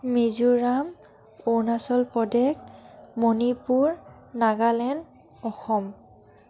Mizoram Arunachal Pradesh Manipur Nagaland Assam